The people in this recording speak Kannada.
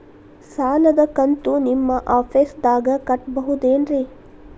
ಸಾಲದ ಕಂತು ನಿಮ್ಮ ಆಫೇಸ್ದಾಗ ಕಟ್ಟಬಹುದೇನ್ರಿ?